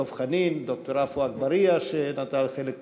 דב חנין, ד"ר עפו אגבאריה, שנטל חלק פעיל,